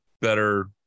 better